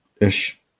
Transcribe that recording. ish